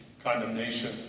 condemnation